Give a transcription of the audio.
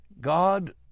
God